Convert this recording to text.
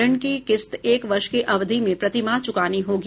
ऋण की किस्त एक वर्ष की अवधि में प्रतिमाह चुकानी होगी